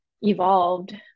evolved